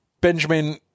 Benjamin